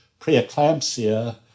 preeclampsia